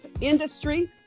industry